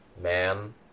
man